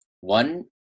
one